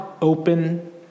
open